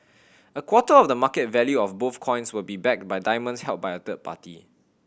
a quarter of the market value of both coins will be backed by diamonds held by a third party